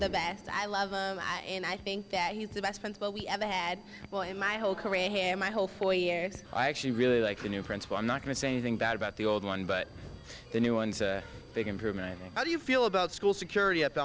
the best i love and i think that he's the best friend but we ever had well in my whole career him my whole four years i actually really like the new principal i'm not going to say anything bad about the old one but the new one big improvement how do you feel about school security